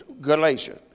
Galatia